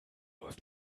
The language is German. läuft